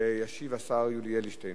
ישיב השר יולי אדלשטיין.